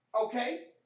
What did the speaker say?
Okay